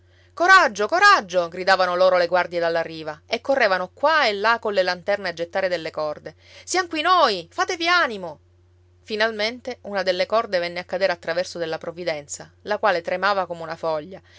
coraggio coraggio gridavano loro le guardie dalla riva e correvano qua e là colle lanterne a gettare delle corde siam qui noi fatevi animo finalmente una delle corde venne a cadere a traverso della provvidenza la quale tremava come una foglia